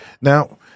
now